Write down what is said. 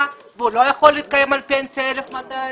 והוא לא יכול להתקיים מהפנסיה בסך 1,200 שקלים.